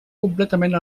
completament